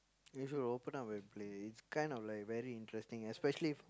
you should open up and play it's kind of like very interesting especially